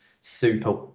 super